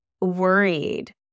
worried